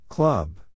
Club